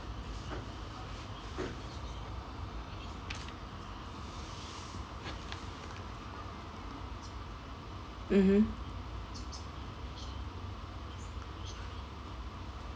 mmhmm